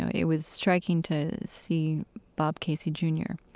it was striking to see bob casey jr.